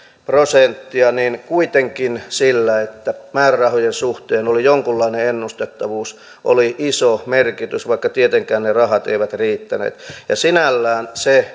prosenttia niin kuitenkin sillä että määrärahojen suhteen oli jonkunlainen ennustettavuus oli iso merkitys vaikka tietenkään ne ne rahat eivät riittäneet ja sinällään se